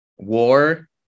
War